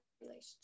relationship